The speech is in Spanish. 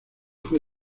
fue